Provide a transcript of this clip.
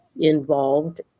involved